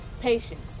patience